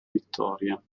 vittoria